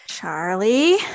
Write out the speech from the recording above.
Charlie